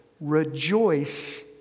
rejoice